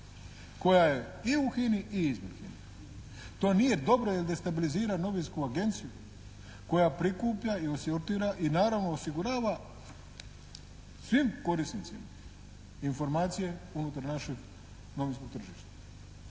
koja je i u HINA-i i izvan HINA-e. to nije dobro jer destabilizira novinsku agenciju koja prikuplja i sortira i naravno osigurava svim korisnicima informacije unutar našeg novinskog tržišta.